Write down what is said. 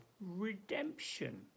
redemption